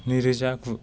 नैरोजा गु